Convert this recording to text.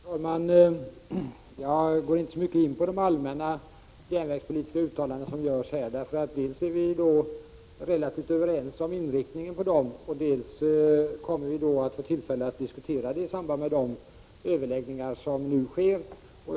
Herr talman! Jag går inte så mycket in på de allmänna järnvägspolitiska uttalanden som görs här. Dels är vi relativt överens om inriktningen, dels kommer vi att få tillfälle att diskutera detta i samband med de överläggningar som nu sker.